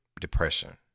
depression